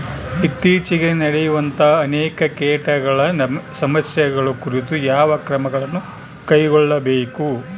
ಇತ್ತೇಚಿಗೆ ನಡೆಯುವಂತಹ ಅನೇಕ ಕೇಟಗಳ ಸಮಸ್ಯೆಗಳ ಕುರಿತು ಯಾವ ಕ್ರಮಗಳನ್ನು ಕೈಗೊಳ್ಳಬೇಕು?